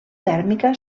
tèrmica